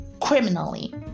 Criminally